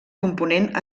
component